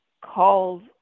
calls